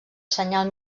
senyal